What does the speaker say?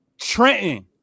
Trenton